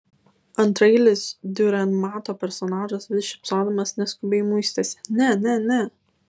antraeilis diurenmato personažas vis šypsodamas neskubiai muistėsi ne ne ne